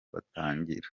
batangira